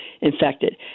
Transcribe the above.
infected